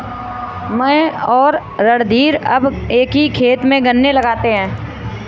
मैं और रणधीर अब एक ही खेत में गन्ने लगाते हैं